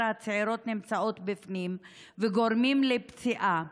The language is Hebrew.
הצעירות נמצאות בפנים וגורמים לפציעה.